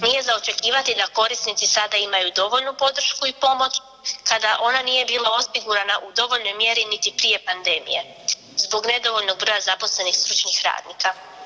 Nije za očekivati da korisnici sada imaju sada dovoljnu podršku i pomoć kada ona nije bila osigurana u dovoljnoj mjeri niti prije pandemije zbog nedovoljnog broja zaposlenih stručnih radnika.